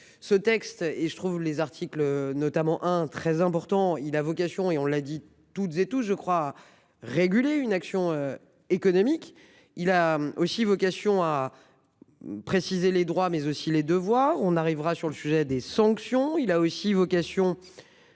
Ce texte et je trouve les articles notamment un très important, il a vocation et on l'a dit toutes et tout je crois. Réguler une action économique. Il a aussi vocation à. Préciser les droits mais aussi les devoirs on arrivera sur le sujet des sanctions. Il a aussi vocation.